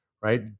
right